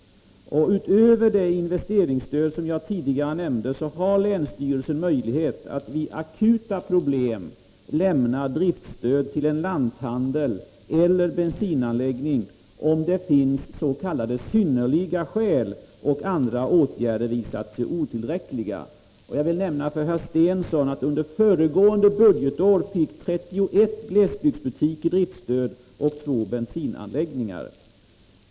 Utöver det investeringsstöd som jag tidigare nämnde har länsstyrelserna möjlighet att vid akuta problem lämna driftsstöd till lanthandel eller bensinanläggning, om det finns s. k synnerliga skäl och andra åtgärder visat sig otillräckliga. Jag vill nämna för herr Stensson att 31 glesbygdsbutiker och 2 bensinanläggningar fick driftsstöd under föregående budgetår.